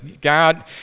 God